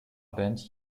band